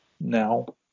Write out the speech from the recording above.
now